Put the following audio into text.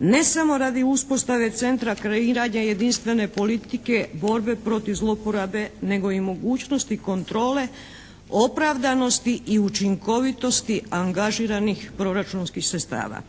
ne samo radi uspostave centra kreiranja jedinstvene politike borbe protiv zlouporabe nego i mogućnosti kontrole, opravdanosti i učinkovitosti angažiranih proračunskih sredstava.